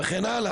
וכו'.